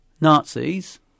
Nazis